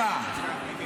מה זה?